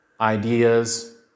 ideas